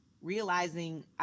realizing